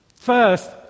First